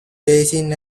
basin